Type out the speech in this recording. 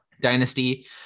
dynasty